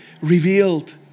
revealed